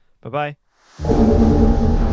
Bye-bye